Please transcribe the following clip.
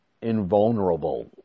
invulnerable